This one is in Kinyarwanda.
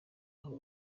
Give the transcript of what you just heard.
aho